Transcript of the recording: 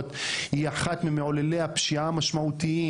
היא אחת ממעוללי הפשיעה המשמעותיים,